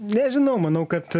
nežinau manau kad